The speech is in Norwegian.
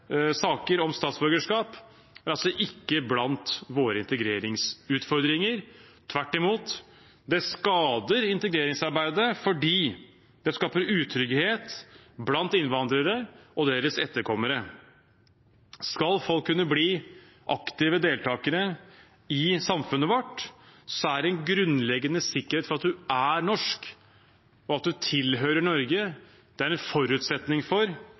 saker om statsborgerskap, er ikke blant våre integreringsutfordringer. Tvert imot skader det integreringsarbeidet fordi det skaper utrygghet blant innvandrere og deres etterkommere. Skal folk kunne bli aktive deltakere i samfunnet vårt, og skal vi få til en god integrering her i landet, er en grunnleggende sikkerhet for at man er norsk, og at man tilhører Norge, en forutsetning.